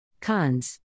Cons